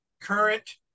current